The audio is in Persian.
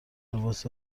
لباس